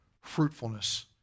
fruitfulness